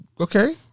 Okay